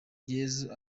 yezu